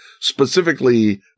specifically